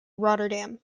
rotterdam